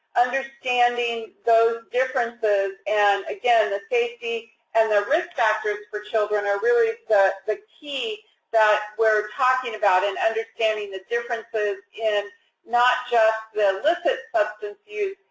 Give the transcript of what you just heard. understanding those differences and, again, the safety and the risk factors for children are really the key that we're talking about, and understanding the differences in not just the illicit substance use,